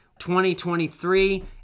2023